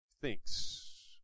thinks